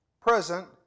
present